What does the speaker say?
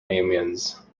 amiens